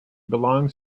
belongs